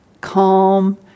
calm